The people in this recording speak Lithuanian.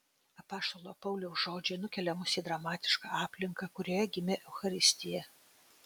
apaštalo pauliaus žodžiai nukelia mus į dramatišką aplinką kurioje gimė eucharistija